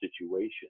situation